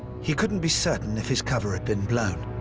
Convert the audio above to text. he couldn't be certain if his cover had been blown.